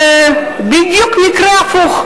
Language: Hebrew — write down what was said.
קרה בדיוק מקרה הפוך,